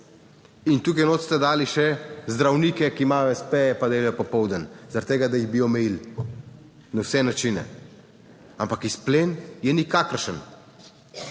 In sem noter ste dali še zdravnike, ki imajo espeje, pa delajo popoldan, zaradi tega, da jih bi omejili na vse načine, ampak izplen je nikakršen.